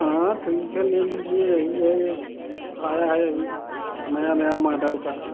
हाँ ठीक है ले लीजिए यही है एक आया है अभी नया नया मॉडल का